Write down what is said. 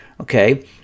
Okay